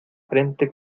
frente